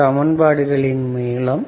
சமன்பாடு யை உபயோகிக்க VBBVDVVVBB1 e 1RTCT